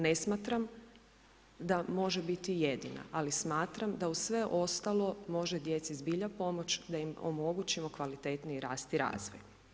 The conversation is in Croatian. Ne smatram da može biti jedina, ali smatram da uz sve ostalo može djeci zbilja pomoć da im omogućimo kvalitetniji rast i razvoj.